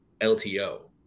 lto